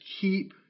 keep